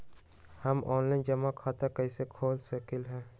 हम ऑनलाइन जमा खाता कईसे खोल सकली ह?